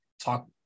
talk